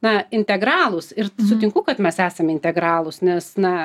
na integralūs ir sutinku kad mes esame integralūs nes na